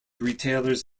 retailers